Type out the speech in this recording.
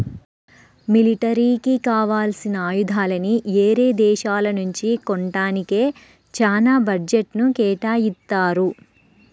మిలిటరీకి కావాల్సిన ఆయుధాలని యేరే దేశాల నుంచి కొంటానికే చానా బడ్జెట్ను కేటాయిత్తారు